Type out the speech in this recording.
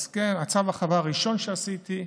צו ההרחבה הראשון שעשיתי,